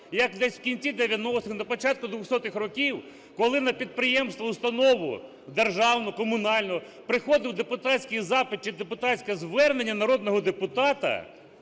як десь в кінці 90-х, на початку 2000 років, коли на підприємство, установу державну, комунальну приходив депутатських запит чи депутатське звернення народного депутата,